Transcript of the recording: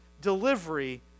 delivery